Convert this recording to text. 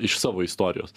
iš savo istorijos